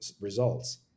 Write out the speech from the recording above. results